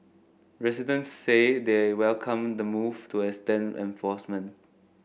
residents say they welcome the move to extend enforcement